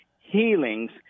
healings